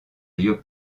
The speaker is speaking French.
lieu